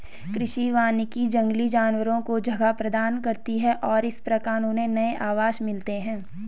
कृषि वानिकी जंगली जानवरों को जगह प्रदान करती है और इस प्रकार उन्हें नए आवास मिलते हैं